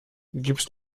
gibst